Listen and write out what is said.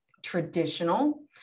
traditional